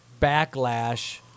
backlash